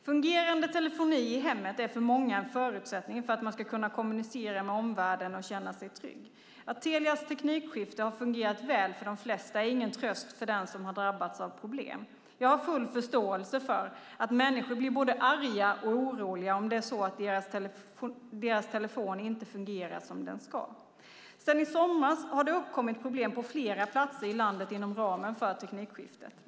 Fungerande telefoni i hemmet är för många en förutsättning för att man ska kunna kommunicera med omvärlden och känna sig trygg. Att Telias teknikskifte har fungerat väl för de flesta är ingen tröst för den som har drabbats av problem. Jag har full förståelse för att människor blir både arga och oroliga om deras telefon inte fungerar som den ska. Sedan i somras har det uppkommit problem på flera platser i landet inom ramen för teknikskiftet.